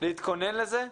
להתכונן לזה.